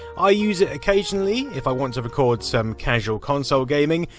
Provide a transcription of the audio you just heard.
i use it occasionally, if i want to record some casual console gaming,